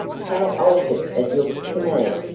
how altered it looked to me!